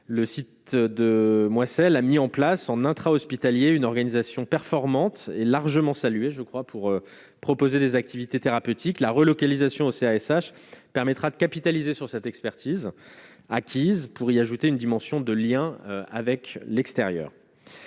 le site de moi celle a mis en place en intra-hospitalier une organisation performante et largement salué, je crois, pour proposer des activités thérapeutiques, la relocalisation au CLSH permettra de capitaliser sur cette expertise acquise pour y ajouter une dimension de lien avec l'extérieur.